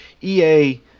EA